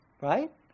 Right